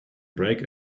break